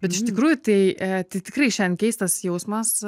bet iš tikrųjų tai tai tikrai šiandien keistas jausmas